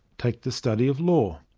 take the study of law.